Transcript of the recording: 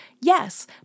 Yes